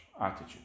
attitude